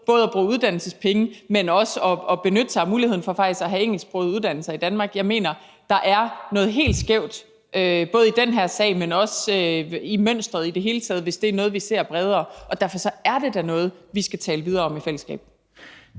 både at bruge uddannelsespenge på, men også at benytte sig af muligheden for faktisk at have engelsksprogede uddannelser i Danmark. Jeg mener, der er noget helt skævt både i den her sag, men også i mønstret i det hele taget, hvis det er noget, vi ser på et bredere plan, og derfor er det da noget, vi skal tale videre om sammen.